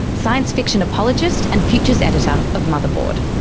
science fiction apologist and future editor of motherboard.